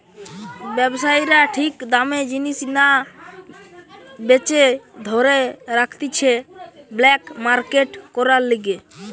ব্যবসায়ীরা ঠিক দামে জিনিস না বেচে ধরে রাখতিছে ব্ল্যাক মার্কেট করার লিগে